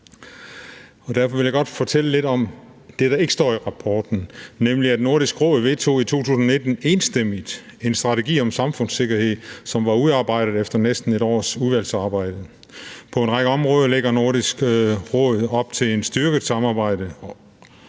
Derfor vil jeg godt fortælle lidt om det, der ikke står i rapporten, nemlig at Nordisk Råd i 2019 enstemmigt vedtog en strategi om samfundssikkerhed, som var udarbejdet efter næsten et års udvalgsarbejde. På en række områder lægger Nordisk Råd op til et styrket samarbejde